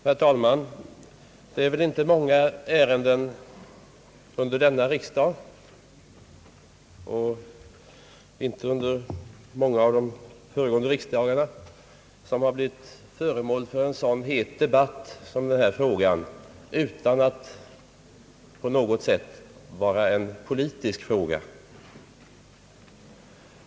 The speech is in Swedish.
Herr talman! Det är väl inte många ärenden under pågående riksdag och inte under många av de föregående heller som har blivit föremål för en så het debatt som denna fråga, utan att den på något sätt är politisk.